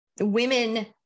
women